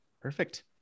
Perfect